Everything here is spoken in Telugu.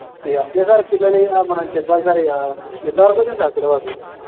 ఇక అంతే సార్ పిల్లలు ఇక మనం చెప్పాలి సార్ ఇక ఎంతవరకు వచ్చింది సార్ సిలబసు